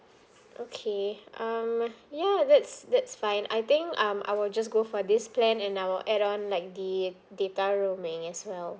okay um ya that's that's fine I think um I will just go for this plan and I will add on like the data rooming as well